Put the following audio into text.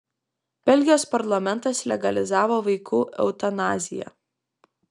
belgijos parlamentas legalizavo vaikų eutanaziją